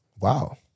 Wow